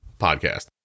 podcast